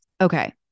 Okay